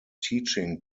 teaching